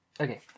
Okay